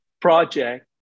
project